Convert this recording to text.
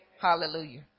Hallelujah